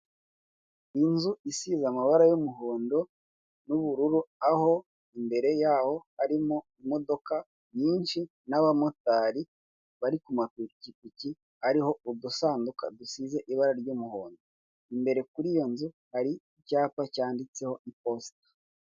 Inzu isize amabara y'umuhondo n'ubururu aho imbere yaho harimo imodoka nyinshi n'abamotari bari ku mapikipiki ariho udusanduku dusize ibara ry'umuhondo, imbere kuri iyo nzu hari icyapa cyanditseho iposita.